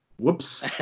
Whoops